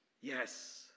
Yes